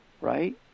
right